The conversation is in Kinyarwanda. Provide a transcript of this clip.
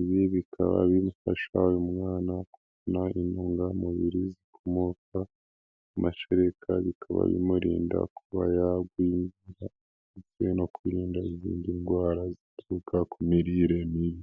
Ibi bikaba bifasha uyu mwana, kubona intungamubiri zikomoka ku mashereka bikaba bimurinda kuba yagwingira. Ndetse no kumurinda izindi ndwara zituruka ku mirire mibi .